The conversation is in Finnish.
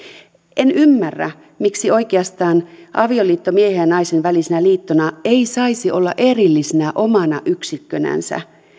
en ymmärrä miksi oikeastaan avioliitto miehen ja naisen välisenä liittona ei saisi olla erillisenä omana yksikkönänsä